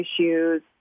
issues